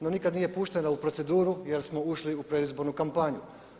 No, nikad nije puštena u proceduru jer smo ušli u predizbornu kampanju.